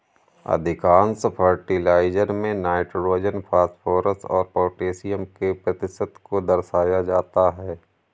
अधिकांश फर्टिलाइजर में nitrogen, phosphorus और पौटेशियम के प्रतिशत को दर्शाया जाता है